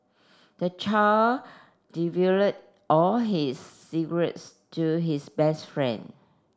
the child all his secrets to his best friend